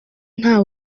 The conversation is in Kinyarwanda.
nta